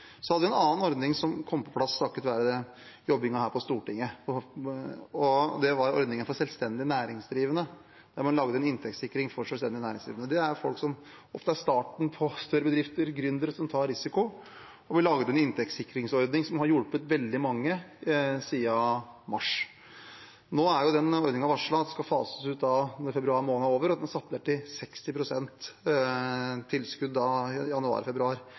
Så hadde vi en annen ordning som kom på plass takket være jobbingen her på Stortinget, og det var ordningen for selvstendig næringsdrivende, der man laget en inntektssikring for selvstendig næringsdrivende. Det er folk som ofte er i starten på større bedrifter, gründere som tar risiko. Vi laget en inntektssikringsordning som har hjulpet veldig mange siden mars. Nå er den ordningen varslet at skal fases ut når februar måned er over, og at den blir satt ned til 60 pst. tilskudd